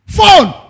Phone